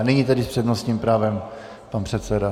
Nyní tedy s přednostním právem pan předseda.